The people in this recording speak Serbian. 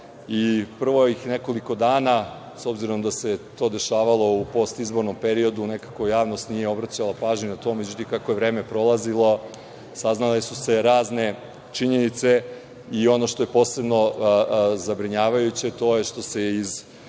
Prvo ih je nekoliko dana, s obzirom da se to dešavalo u postizbornom periodu, nekako javnost nije obraćala pažnju na to.Međutim, kako je vreme prolazilo, saznale su se razne činjenice i ono što je posebno zabrinjavajuće to je što se iz